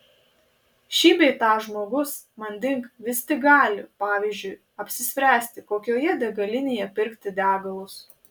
šį bei tą žmogus manding vis tik gali pavyzdžiui apsispręsti kokioje degalinėje pirkti degalus